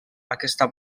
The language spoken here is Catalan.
aquesta